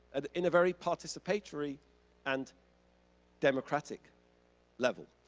and in a very participatory and democratic level,